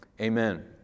Amen